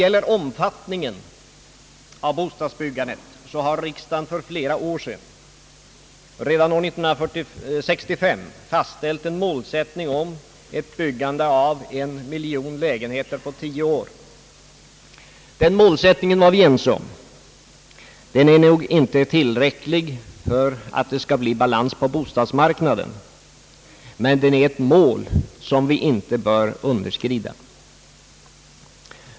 När det gäller bostadsbyggandets omfattning har riksdagen redan år 1965 fastställt som målsättning ett byggande av en miljon lägenheter på tio år. Den målsättningen var vi ense om. Den är nog inte tillräcklig för att det skall bli balans på bostadsmarknaden, men den är ett mål som vi inte bör underskrida.